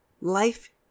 life